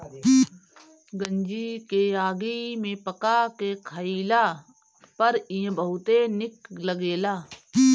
गंजी के आगी में पका के खइला पर इ बहुते निक लगेला